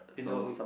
you know